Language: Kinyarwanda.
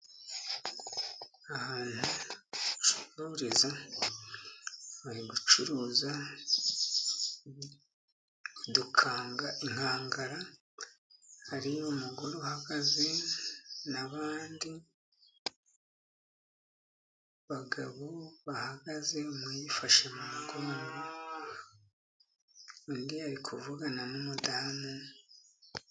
Ahantu bacururiza bari gucuruza inkangara, hari umugore uhagaze n'abandi bagabo bahagaze. Umwe yifashe mu mugongo undi ari kuvugana n'umudamu.